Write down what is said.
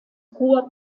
hoher